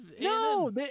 No